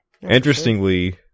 Interestingly